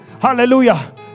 hallelujah